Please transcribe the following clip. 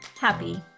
happy